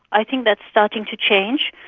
i think that's starting to change.